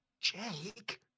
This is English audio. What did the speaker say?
Jake